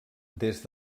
des